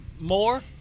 more